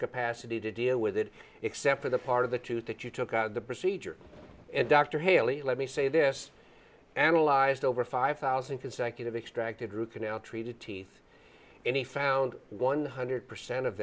capacity to deal with it except for the part of the tooth that you took out of the procedure and dr haley let me say this analyzed over five thousand consecutive extracted root canal treated teeth and he found one hundred percent of